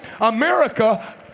America